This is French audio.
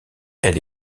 elle